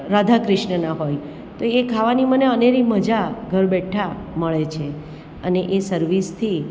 રાધા ક્રિશ્નના હોય તો એ ખાવાની મને અનેરી મજા ઘર બેઠા મળે છે અને એ સર્વિસથી